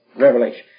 Revelation